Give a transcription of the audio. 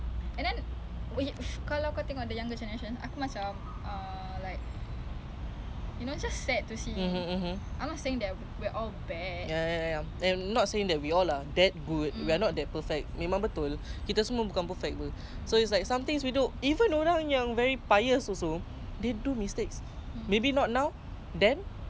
so is like something is even orang yang very bias also they do mistakes maybe not now then or in the future so is like we don't even know what we are gonna do sometimes kita fikir macam kita buat benda semua macam oh !wow! kita aku rasa aku betul ah tapi orang lain tengok macam eh actually dia ni apa sia dia buat a'ah sia salah sia padahal sendiri fikir macam oh baik baik baik